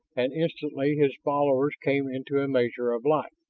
and instantly his followers came into a measure of life.